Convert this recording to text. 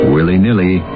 Willy-nilly